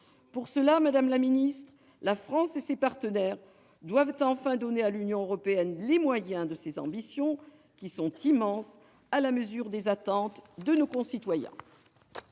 Dans cette perspective, la France et ses partenaires doivent enfin donner à l'Union européenne les moyens de ses ambitions, qui sont immenses, à la mesure des attentes de nos concitoyens.